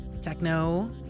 techno